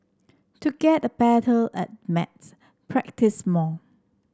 to get better at maths practise more